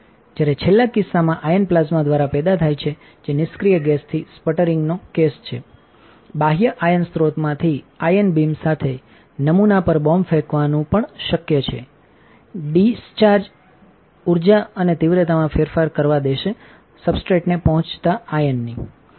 જ્યારે છેલ્લા કિસ્સામાં આયન પ્લાઝ્મા દ્વારા પેદા થાય છે જે નિષ્ક્રિય ગેસથી સ્પટરિંગનો કેસ છે બાહ્ય આયન સ્રોતમાંથી આયન બીમ સાથે નમૂના પર બોમ્બ ફેંકવાનું પણ શક્ય છેડી આ theર્જા અને તીવ્રતામાં ફેરફાર કરવા દેશે સબસ્ટ્રેટને પહોંચતા આયનની